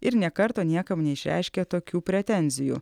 ir nė karto niekam neišreiškė tokių pretenzijų